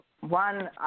One